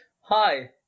Hi